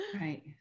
Right